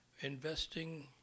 investing